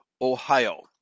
Ohio